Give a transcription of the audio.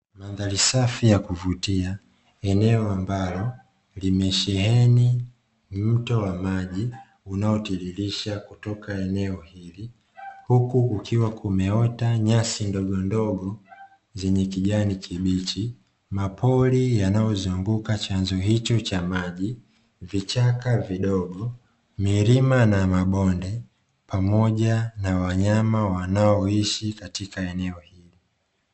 Mandhari ya kuvutia eneo ambalo limesheheni mto wa maji unaotiririsha kutoka eneo hilo, huku kukiwa kumeota nyasi ndogondogo zenye kijani kibichi mapori yanayozunguka chanzo hicho cha maji, vichaka vidogo, milima na mabonde pamoja na wanyama wanaoishi katika eneo hilo.